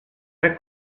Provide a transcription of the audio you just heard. her